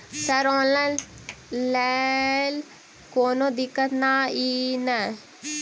Sir online लैल कोनो दिक्कत न ई नै?